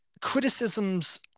criticisms